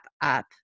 up